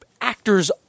actors